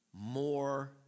more